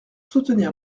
soutenir